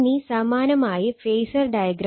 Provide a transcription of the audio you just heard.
ഇനി സമാനമായി phasor diagram